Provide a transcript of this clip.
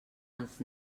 als